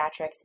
pediatrics